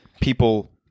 people